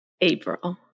April